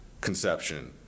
conception